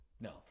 No